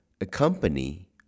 accompany